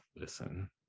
Listen